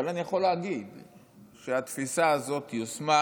אבל אני יכול להגיד שהתפיסה הזאת יושמה